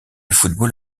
football